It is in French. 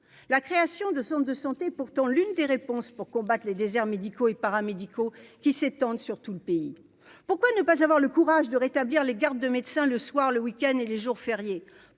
la création de Centres de santé, pourtant l'une des réponses pour combattre les déserts médicaux et paramédicaux qui s'étendent sur tout le pays, pourquoi ne pas avoir le courage de rétablir les gardes de médecin, le soir, le week-end et les jours fériés